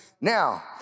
Now